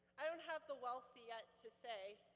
i don't have the wealth yet to say,